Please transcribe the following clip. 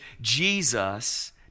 Jesus